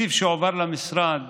התקציב שהועבר למשרד